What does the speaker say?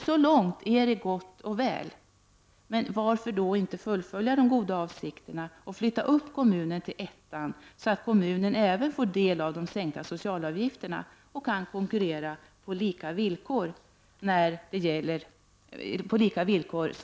Så långt är allt gott och väl, men varför då inte fullfölja de goda avsikterna och flytta upp kommunen till stödområde 1, så att kommunen även får del av de sänkta socialavgifterna och kan konkurrera på lika villkor som övriga utsatta kommuner?